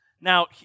Now